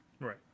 Right